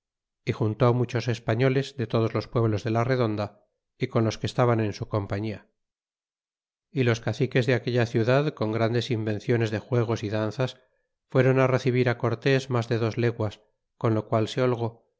gran manera yjuntó muchos españoles de todos los pueblos de la redonda y con los que estaban en su compañía y los caciques de aquella ciudad con grandes invenciones de juegos y danzas fueron recibir cortés mas de dos leguas con lo qual se holgó